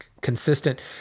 consistent